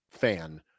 fan